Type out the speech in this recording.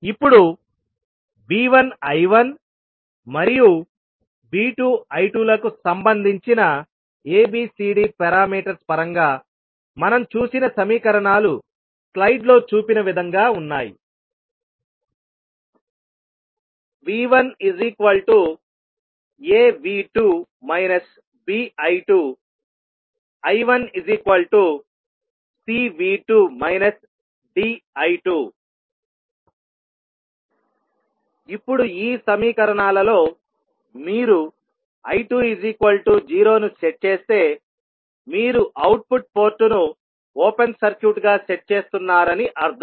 ఇప్పుడు V1 I1 మరియు V2 I2 లకు సంబంధించిన ABCD పారామీటర్స్ పరంగా మనం చూసిన సమీకరణాలు స్లైడ్లో చూపిన విధంగా ఉన్నాయి V1AV2 BI2 I1CV2 DI2 ఇప్పుడు ఈ సమీకరణాలలో మీరు I20 ను సెట్ చేస్తే మీరు అవుట్పుట్ పోర్టును ఓపెన్ సర్క్యూట్ గా సెట్ చేస్తున్నారని అర్థం